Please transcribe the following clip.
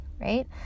right